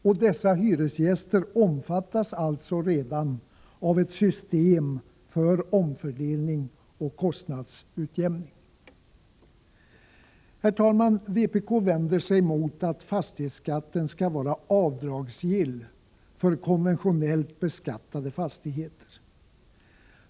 Hyresgästerna i de ifrågavarande husen omfattas alltså redan av ett system för omfördelning och kostnadsutjämning. Herr talman! Vpk vänder sig mot att fastighetsskatten skall vara avdragsgill för konventionellt beskattade fastigheter.